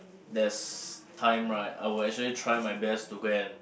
there's time right I will actually try my best to go and